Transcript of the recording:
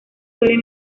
suele